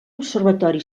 observatori